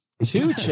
Two